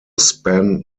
span